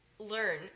learn